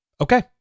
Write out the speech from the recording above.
Okay